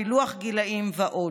פילוח גילים ועוד.